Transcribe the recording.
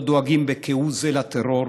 לא דואגים כהוא זה לטרור